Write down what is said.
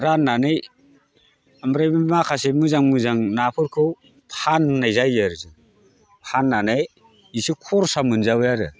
राननानै ओमफ्राय बै माखासे मोजां मोजां नाफोरखौ फाननाय जायो आरो जों फाननानै एसे खरसा मोनजाबाय आरो